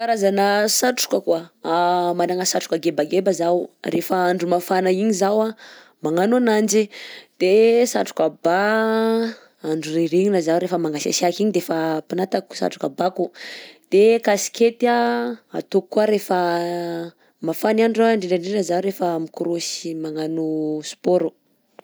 Karazana satrokako a: managna satroka gebageba zaho rehefa andro mafana igny zaho an magnano ananjy, de satroka ba an andro ririgniny zaho rehefa mangatsiatsiaka igny de efa pinatako satroka bako, de kaskety an ataoko koà rehefa mafana i andro indrindra indrindra zaho rehefa mikraosy magnano sport.